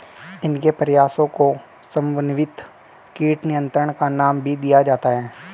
इनके प्रयासों को समन्वित कीट नियंत्रण का नाम भी दिया जाता है